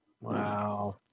Wow